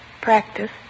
Practice